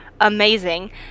amazing